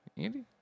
Andy